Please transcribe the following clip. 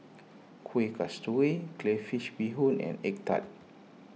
Kueh Kasturi Crayfish BeeHoon and Egg Tart